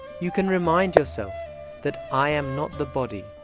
you can remind yourself that, i'm not the body,